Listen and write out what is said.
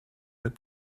that